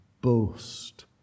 boast